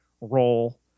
role